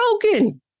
broken